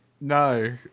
No